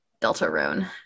Deltarune